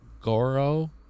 Goro